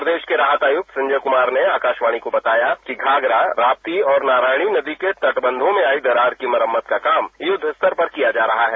प्रदेश के राहत आयुक्त संजय कुमार ने आकाशवाणी को बताया कि घाघरा राप्तो और नारायणी नदी के तटबंधो में आई दरार की मरम्मत का काम युद्धस्तर पर किया जा रहा है